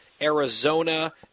Arizona